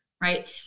right